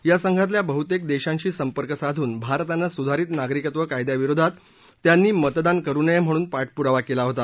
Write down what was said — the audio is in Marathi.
या संघातल्या बहुतेक देशांशी संपर्क साधून भारतानं सुधारित नागरिकत्व कायद्याविरोधात त्यांनी मतदान करू नये म्हणून पाठपुरावा केला होता